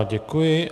Děkuji.